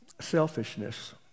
Selfishness